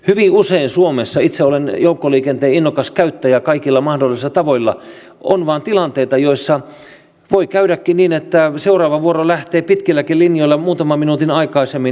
hyvin usein suomessa itse olen joukkoliikenteen innokas käyttäjä kaikilla mahdollisilla tavoilla on vain tilanteita joissa voi käydäkin niin että seuraava vuoro lähtee pitkilläkin linjoilla muutaman minuutin aikaisemmin eteenpäin